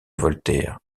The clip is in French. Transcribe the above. voltaire